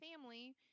family